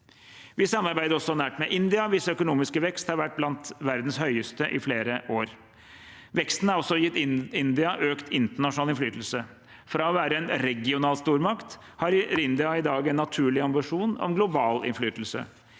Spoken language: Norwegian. Vi samarbeider også nært med India, hvis økonomiske vekst har vært blant verdens høyeste i flere år. Veksten har også gitt India økt internasjonal innflytelse. Fra å være en regional stormakt har India i dag en naturlig ambisjon om global innflytelse.